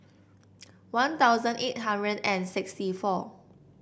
One Thousand eight hundred and sixty four